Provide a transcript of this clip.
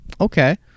okay